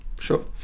sure